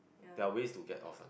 there are ways to get off